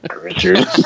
Richard